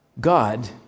God